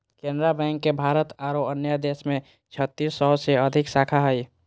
Canara bank के भारत आरो अन्य देश में छत्तीस सौ से अधिक शाखा हइ